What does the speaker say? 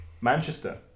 Manchester